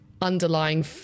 underlying